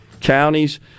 counties